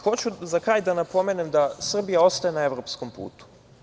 Hoću za kraj da napomenem da Srbija ostaje na evropskom putu.